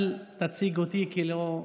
אל תציג אותי,